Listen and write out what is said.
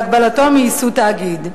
והגבלתו מייסוד תאגיד.